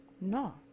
No